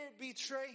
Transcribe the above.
betray